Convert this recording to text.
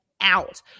out